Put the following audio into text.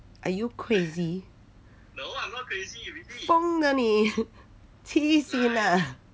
are you crazy 疯的你起行啊